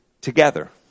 together